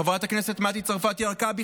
חברת הכנסת מטי צרפתי הרכבי,